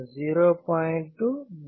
2 mA